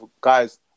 guys